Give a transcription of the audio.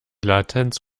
latenz